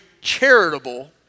charitable